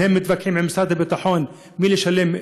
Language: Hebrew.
והם מתווכחים עם משרד הביטחון מי ישלם,